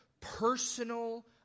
personal